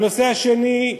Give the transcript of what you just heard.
הנושא השני,